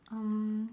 um